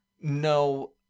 No